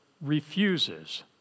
refuses